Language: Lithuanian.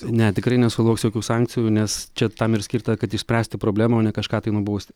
ne tikrai nesulauks jokių sankcijų nes čia tam ir skirta kad išspręsti problemą o ne kažką tai nubausti